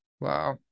Wow